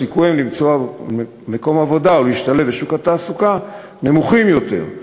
סיכוייהם למצוא מקום עבודה ולהשתלב בשוק התעסוקה נמוכים יותר.